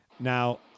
Now